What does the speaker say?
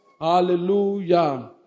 Hallelujah